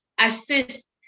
assist